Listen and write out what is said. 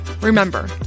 Remember